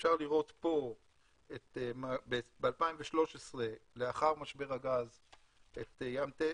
אפשר לראות פה ב-2013 לאחר משבר הגז את ים-תטיס,